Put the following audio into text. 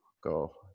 Go